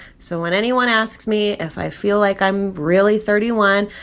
so when anyone asks me if i feel like i'm really thirty one,